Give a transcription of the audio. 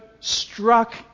struck